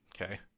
Okay